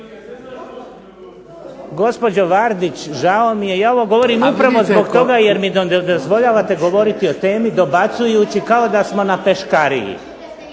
Gospođo Vardić, žao mi je. Ja ovo govorim upravo zbog toga jer mi ne dozvoljavate govoriti o temi, dobacujući kao da smo na peškariji.